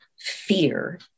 fear